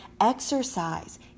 exercise